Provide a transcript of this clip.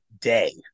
day